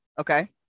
Okay